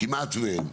כמעט שאין.